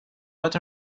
what